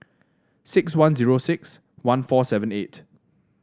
six one zero six one four seven eight